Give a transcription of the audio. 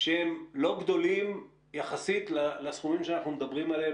שהם לא גדולים יחסית לסכומים שאנחנו מדברים עליהם